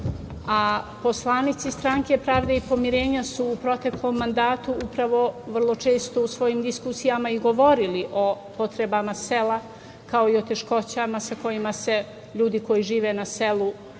a poslanici stranke Pravde i pomirenja su u proteklom mandatu upravo vrlo često u svojim diskusijama i govorili o potrebama sela, kao i o teškoćama sa kojima se ljudi koji žive na selu susreću.